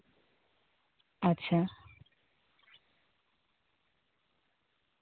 ᱟᱪᱪᱷᱟ